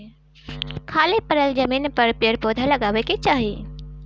खाली पड़ल जमीन पर पेड़ पौधा लगावे के चाही